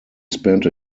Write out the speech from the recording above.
spent